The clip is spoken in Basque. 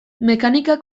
mekanika